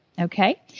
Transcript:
Okay